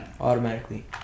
Automatically